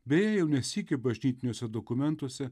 beje jau ne sykį bažnytiniuose dokumentuose